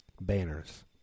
banners